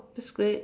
that's great